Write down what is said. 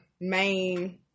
main